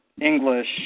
English